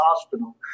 Hospital